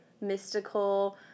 mystical